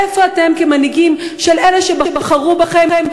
איפה אתם, כמנהיגים של אלה שבחרו בכם,